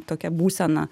tokią būseną